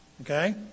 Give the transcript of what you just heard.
okay